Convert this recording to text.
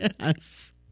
Yes